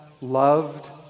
loved